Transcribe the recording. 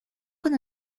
con